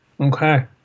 Okay